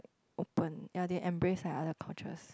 open ya they embrace like other cultures